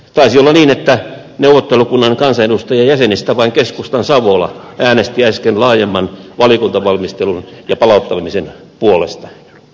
taisi olla niin että neuvottelukunnan kansanedustajajäsenistä vain keskustan savola äänesti äsken laajemman valiokuntavalmistelun ja palauttamisen puolesta